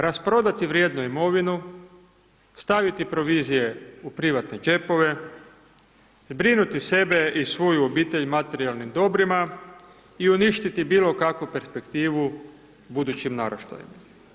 Rasprodati vrijednu imovinu, staviti provizije u privatne džepove, zbrinuti sebe i svoju obitelj materijalnim dobrima, i uništiti bilo kakvu perspektivu budućim naraštajima.